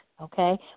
okay